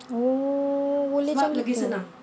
oh boleh macam tu eh